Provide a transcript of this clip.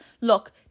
Look